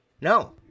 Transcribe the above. No